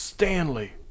Stanley